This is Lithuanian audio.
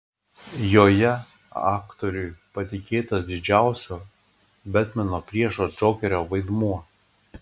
joje aktoriui patikėtas didžiausio betmeno priešo džokerio vaidmuo